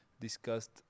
discussed